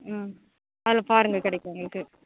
ம் அதில் பாருங்கள் கிடைக்கும் உங்களுக்கு